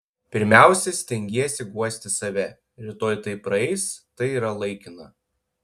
pirmiausia stengiesi guosti save rytoj tai praeis tai yra laikina